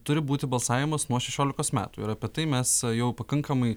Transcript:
turi būti balsavimas nuo šešiolikos metų ir apie tai mes jau pakankamai